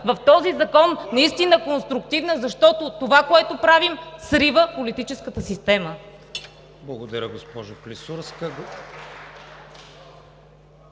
в този закон наистина конструктивна, защото това, което правим, срива политическата система.